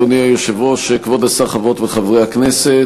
אדוני היושב-ראש, כבוד השר, חברות וחברי הכנסת,